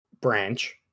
Branch